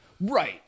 Right